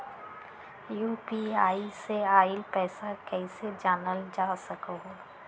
UPI से आईल पैसा कईसे जानल जा सकहु?